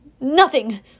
Nothing